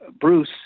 Bruce